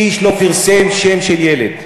איש לא פרסם שם של ילד.